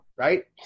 Right